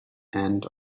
and